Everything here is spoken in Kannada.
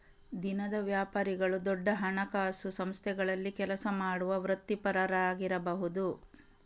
ದಿನದ ವ್ಯಾಪಾರಿಗಳು ದೊಡ್ಡ ಹಣಕಾಸು ಸಂಸ್ಥೆಗಳಲ್ಲಿ ಕೆಲಸ ಮಾಡುವ ವೃತ್ತಿಪರರಾಗಿರಬಹುದು